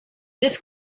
this